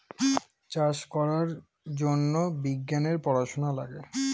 চাষ করার জন্য বিজ্ঞানের পড়াশোনা লাগে